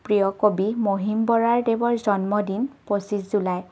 প্ৰিয় কবি মহিম বৰা দেৱৰ জন্মদিন পঁচিছ জুলাই